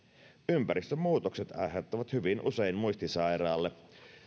ympäristönmuutokset aiheuttavat hyvin usein muistisairaalle